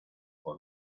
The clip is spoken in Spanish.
por